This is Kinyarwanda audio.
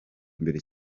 imbere